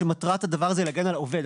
כשמטרת הדבר הזה היא להגן על העובד.